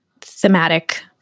thematic